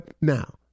now